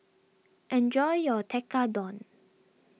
enjoy your Tekkadon